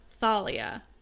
Thalia